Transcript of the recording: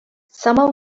summer